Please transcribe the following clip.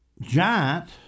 giant